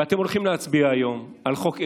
ואתם הולכים להצביע היום על חוק אווילי,